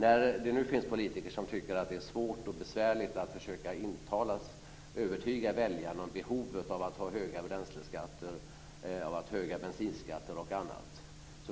När det nu finns politiker som tycker att det är svårt och besvärligt att försöka övertyga väljarna om behovet av höga bränsleskatter, höga bensinskatter och annat